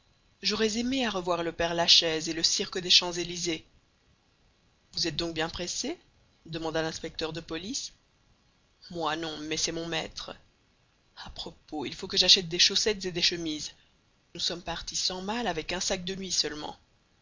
j'aurais aimé à revoir le père-lachaise et le cirque des champs-élysées vous êtes donc bien pressé demanda l'inspecteur de police moi non mais c'est mon maître a propos il faut que j'achète des chaussettes et des chemises nous sommes partis sans malles avec un sac de nuit seulement